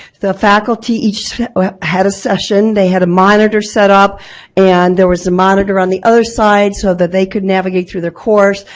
the faculty each had a session, they had a monitor set up and there was a monitor on the other side so that they could navigate through the course,